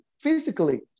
physically